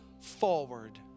forward